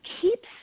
keeps